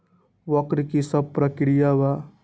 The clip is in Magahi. वक्र कि शव प्रकिया वा?